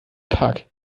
pack